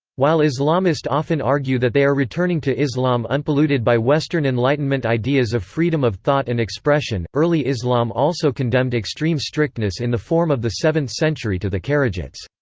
while islamist often argue that they are returning to islam unpolluted by western enlightenment ideas of freedom of thought and expression, early islam also condemned extreme strictness in the form of the seventh century to the kharijites.